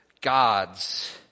gods